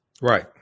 Right